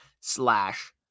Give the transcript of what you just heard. slash